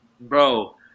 Bro